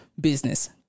business